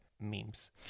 Memes